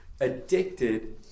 addicted